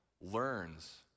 learns